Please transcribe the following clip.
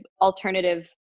alternative